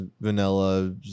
vanilla